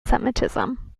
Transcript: semitism